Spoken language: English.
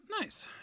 Nice